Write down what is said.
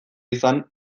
izan